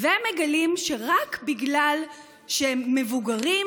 והם מגלים שרק בגלל שהם מבוגרים,